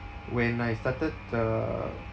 when I started uh